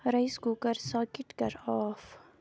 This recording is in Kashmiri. رایس کُکَر ساکِٹ کَر آف